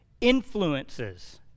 influences